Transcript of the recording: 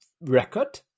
record